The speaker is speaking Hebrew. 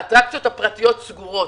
האטרקציות הפרטיות סגורות.